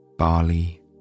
barley